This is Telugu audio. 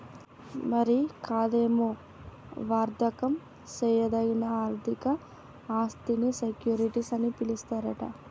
మరి గదేమో వర్దకం సేయదగిన ఆర్థిక ఆస్థినీ సెక్యూరిటీస్ అని పిలుస్తారట